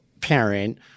parent